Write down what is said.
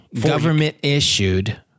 government-issued